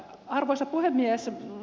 arvoisa puhemies